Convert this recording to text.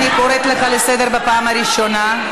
אני קוראת אותך לסדר פעם ראשונה.